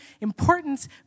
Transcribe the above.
importance